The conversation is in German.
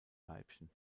weibchen